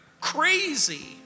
crazy